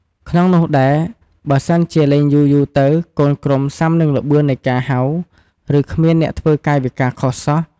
ក្នុងនោះដែរ បើសិនជា លេងយូរៗទៅ កូនក្រុមសាំនឹងល្បឿននៃការហៅ ឬគ្មានអ្នកធ្វើកាយវិការខុសសោះ។